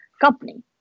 company